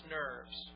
nerves